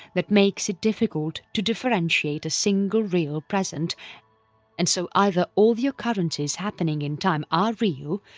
that makes it difficult to differentiate a single real present and so either all the occurrences happening in time are real,